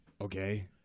Okay